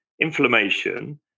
inflammation